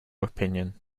opinion